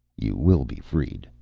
you will be freed,